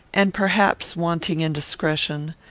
and perhaps wanting in discretion,